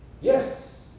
Yes